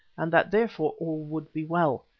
and that therefore all would be well.